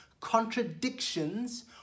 contradictions